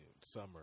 summer